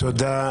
תודה.